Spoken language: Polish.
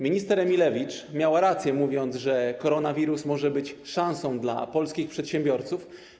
Minister Emilewicz miała rację, mówiąc, że koronawirus może być szansą dla polskich przedsiębiorców.